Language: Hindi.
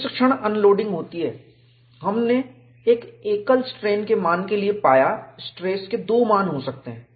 जिस क्षण अनलोडिंग होती है हमने एक एकल स्ट्रेन के मान के लिए पाया स्ट्रेस के दो मान हो सकते हैं